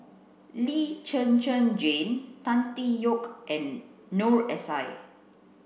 Lee Zhen Zhen Jane Tan Tee Yoke and Noor S I